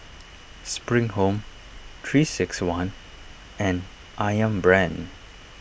Spring Home three six one and Ayam Brand